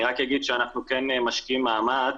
אני רק אגיד שאנחנו כן משקיעים מאמץ